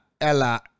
Ella